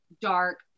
dark